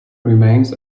remains